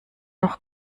noch